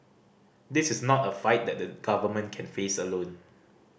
this is not a fight that the government can face alone